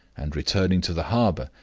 and, returning to the harbor,